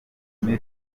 bwa